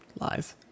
Lies